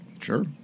Sure